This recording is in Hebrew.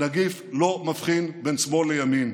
הנגיף לא מבחין בין שמאל לימין,